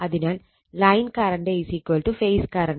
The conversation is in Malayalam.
അതിനാൽ ലൈൻ കറണ്ട് ഫേസ് കറണ്ട്